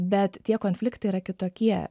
bet tie konfliktai yra kitokie